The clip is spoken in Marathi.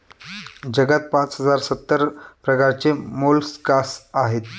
जगात पाच हजार सत्तर प्रकारचे मोलस्कास आहेत